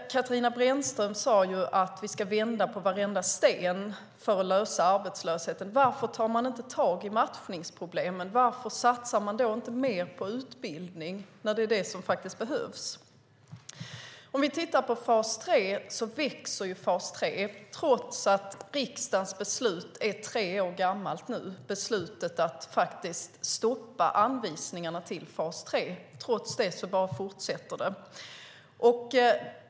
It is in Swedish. Katarina Brännström sade ju att vi ska vända på varenda sten för att komma till rätta med arbetslösheten. Varför tar man inte tag i matchningsproblemen? Varför satsar man inte mer på utbildning när det är det som faktiskt behövs? Fas 3 växer trots att riksdagens beslut om att stoppa anvisningarna till fas 3 nu är tre år gammalt. Trots det bara fortsätter det.